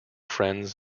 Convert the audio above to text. friends